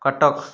Cuttack